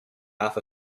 half